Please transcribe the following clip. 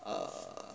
er